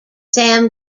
sam